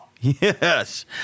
Yes